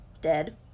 dead